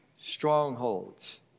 strongholds